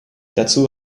dazu